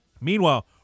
Meanwhile